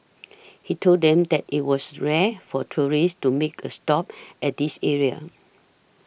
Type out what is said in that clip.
he told them that it was rare for tourists to make a stop at this area